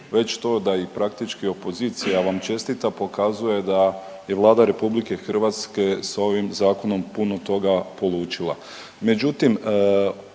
već to da i praktički opozicija vam čestita pokazuje da je Vlada RH s ovim zakonom puno toga polučila.